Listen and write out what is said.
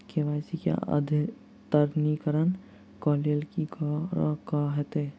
KYC अद्यतनीकरण कऽ लेल की करऽ कऽ हेतइ?